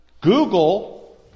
Google